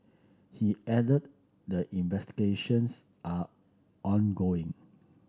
he added that investigations are ongoing